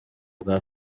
bwa